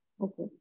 Okay